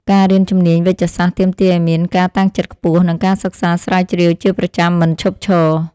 ការរៀនជំនាញវេជ្ជសាស្ត្រទាមទារឱ្យមានការតាំងចិត្តខ្ពស់ និងការសិក្សាស្រាវជ្រាវជាប្រចាំមិនឈប់ឈរ។